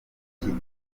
iki